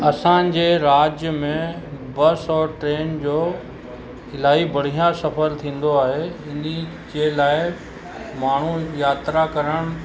असांजे राज्य में बस और ट्रेन जो इलाही बढ़िया सफ़र थींदो आहे हिन ई जे लाइ माण्हू यात्रा करण